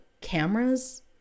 cameras